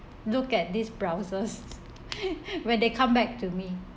look at these browsers when they come back to me